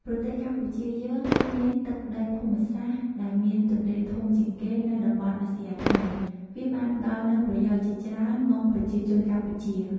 ប្រទេសកម្ពុជាយើងគឺមានទឹកដីភូមិសាស្រ្ត ដែលមានទន្លេធំជាងគេនៅតំបន់អាស៊ីអាគ្នេយ៍ វាបានផ្តល់នូវប្រយោជន៍ជាច្រើនមកប្រជាជនកម្ពុជា។